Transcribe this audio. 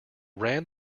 ran